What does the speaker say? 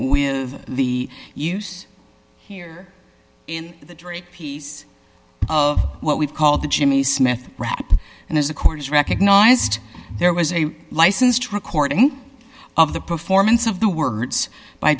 with the use here in the three piece of what we've called the jimmy smith rap and as the court has recognized there was a licensed recording of the performance of the words